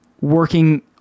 working